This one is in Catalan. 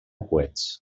coets